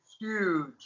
huge